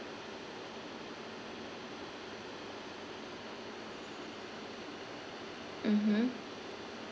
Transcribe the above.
mmhmm